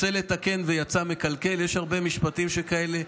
רוצה לתקן ויצא מקלקל, יש הרבה משפטים שכאלה.